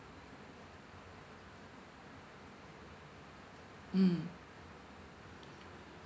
mm